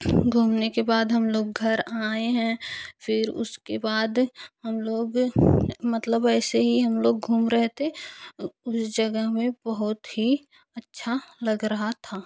घूमने के बाद हम लोग घर आए हैं फिर उसके बाद हम लोग मतलब वैसे ही हम लोग घूम रहे थे उस जगह में बहुत ही अच्छा लग रहा था